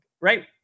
Right